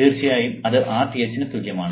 തീർച്ചയായും അത് Rth ന് തുല്യമാണ്